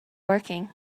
working